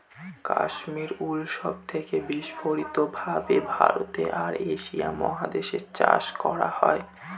Kashmiri wool সব থেকে বিস্তারিত ভাবে ভারতে আর এশিয়া মহাদেশে চাষ করা হয়